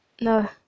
no